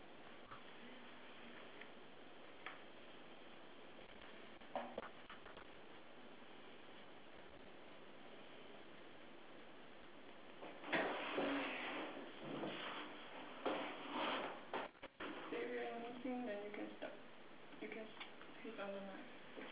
I have there's a there's a sign board um do you have a potatoes n~ near the tree K ya there's three pears hanging